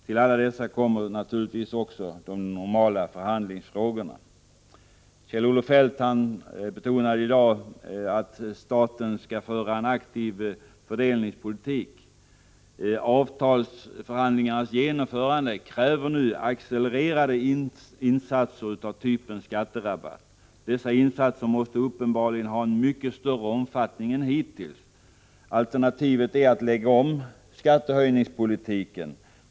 Till alla dessa problem kommer så de normala förhandlingsfrågorna. Kjell-Olof Feldt betonade i dag att staten skall föra en aktiv fördelningspolitik. Avtalsförhandlingarnas genomförande kräver nu accelererande insatser av typen skatterabatt. Dessa insatser måste uppenbarligen ha en mycket större omfattning än hittills. Alternativet är att lägga om skattehöjningspolitiken.